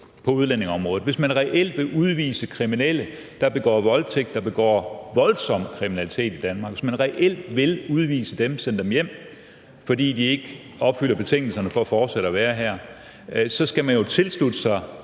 på udlændingeområdet, hvis man reelt vil udvise kriminelle, der begår voldtægt, der begår voldsom kriminalitet i Danmark, altså hvis man reelt vil udvise dem og sende dem hjem, fordi de ikke opfylder betingelserne for fortsat at være her, så skal man jo tilslutte sig